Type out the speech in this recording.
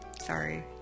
sorry